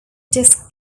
disk